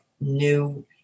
new